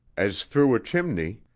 as through a chimney,